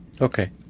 Okay